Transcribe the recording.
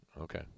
Okay